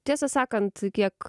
tiesą sakant kiek